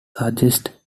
suggests